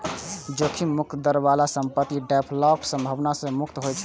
जोखिम मुक्त दर बला संपत्ति डिफॉल्टक संभावना सं मुक्त होइ छै